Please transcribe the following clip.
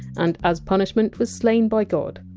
and as punishment was slain by god.